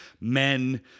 men